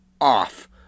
off